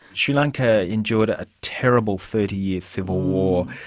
sri lanka endured a ah terrible thirty year civil war.